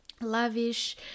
lavish